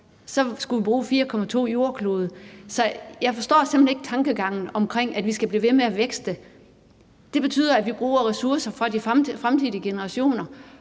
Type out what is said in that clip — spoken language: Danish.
vi skulle bruge 4,2 jordkloder. Så jeg forstår simpelt hen ikke tankegangen om, at vi skal blive ved med at vækste. Det betyder, at vi bruger ressourcer fra de fremtidige generationer